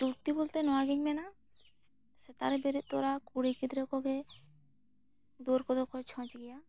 ᱪᱩᱞᱛᱤ ᱵᱩᱞᱛᱤ ᱱᱚᱣᱟ ᱜᱤᱧ ᱢᱮᱱᱟ ᱥᱮᱛᱟᱜ ᱨᱮ ᱵᱮᱨᱮᱫ ᱛᱚᱨᱟ ᱠᱩᱲᱤ ᱜᱤᱫᱽᱨᱟᱹ ᱠᱚ ᱜᱮ ᱫᱩᱣᱟᱹᱨ ᱠᱚ ᱫᱚ ᱠᱚ ᱪᱷᱚᱸᱪ ᱜᱮᱭᱟ